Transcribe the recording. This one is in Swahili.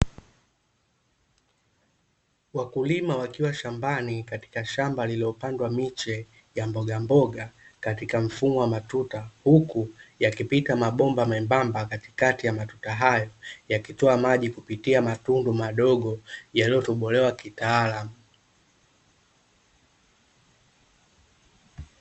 Wakulima wakiwa shambani katika shamba liliopandwa miche ya mbogamboga, katika mfumo wa matuta, huku yakipita mabomba membamba katikati ya matuta hayo, yakitoa maji kupitia matundu madogo yaliyotobolewa kitaalamu.